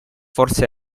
forse